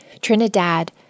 Trinidad